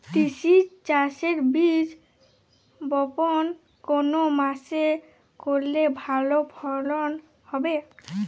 তিসি চাষের বীজ বপন কোন মাসে করলে ভালো ফলন হবে?